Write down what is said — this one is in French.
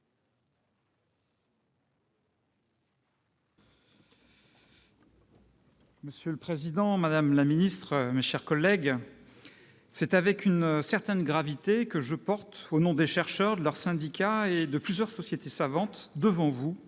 Monsieur le président, madame la ministre, mes chers collègues, c'est avec une certaine gravité que je porte, au nom des chercheurs, de leurs syndicats et de plusieurs sociétés savantes, devant vous,